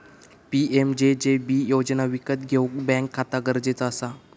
PMJJB योजना विकत घेऊक बॅन्क खाता गरजेचा असा